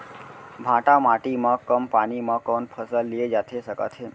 भांठा माटी मा कम पानी मा कौन फसल लिए जाथे सकत हे?